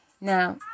Now